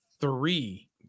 three